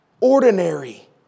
Ordinary